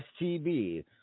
STB